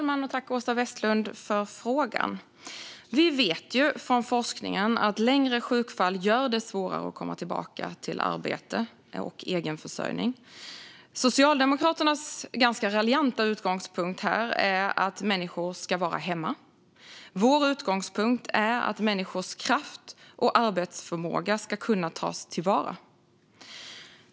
Fru talman! Tack, Åsa Westlund, för frågan! Vi vet ju från forskningen att längre sjukfall gör det svårare att komma tillbaka till arbete och egen försörjning. Socialdemokraternas ganska raljanta utgångspunkt här är att människor ska vara hemma. Vår utgångspunkt är att människors kraft och arbetsförmåga ska kunna tas till vara.